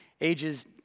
ages